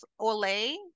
Olay